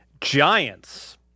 Giants